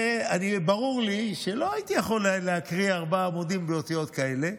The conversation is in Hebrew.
ברור לי שלא הייתי יכול להקריא ארבעה עמודים באותיות כאלה,